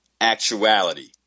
actuality